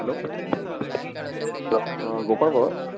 hello हां गोपाळ बावा